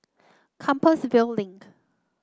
Compassvale Link